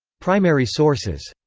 primary sources